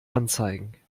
anzeigen